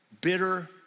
bitter